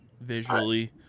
visually